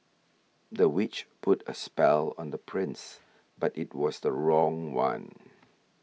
the witch put a spell on the prince but it was the wrong one